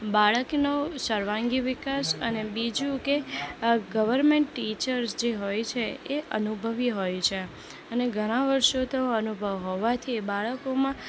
બાળકનો સર્વાંગી વિકાસ અને બીજું કે ગવરમેન્ટ ટીચર્સ જે હોય છે એ અનુભવી હોય છે અને ઘણાં વર્ષોનો અનુભવ હોવાથી એ બાળકોમાં